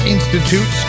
Institute